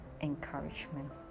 encouragement